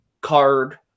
card